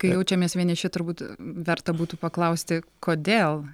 kai jaučiamės vieniši turbūt verta būtų paklausti kodėl